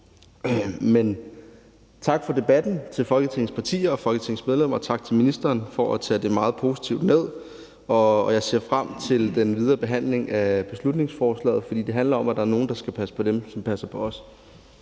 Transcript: Men tak for debatten til Folketingets partier og Folketingets medlemmer, og tak til ministeren for at tage det meget positivt ned, og jeg ser frem til den videre behandling af beslutningsforslaget. For det handler om, at der er nogle, der skal passe på dem, som passer på os.